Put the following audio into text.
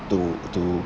to to